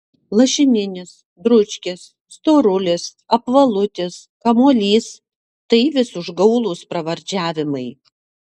lašininis dručkis storulis apvalutis kamuolys tai vis užgaulūs pravardžiavimai